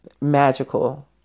magical